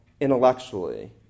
intellectually